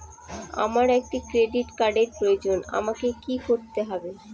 আমার একটি ক্রেডিট কার্ডের প্রয়োজন আমাকে কি করতে হবে?